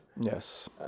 yes